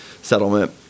settlement